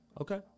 Okay